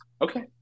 okay